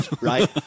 Right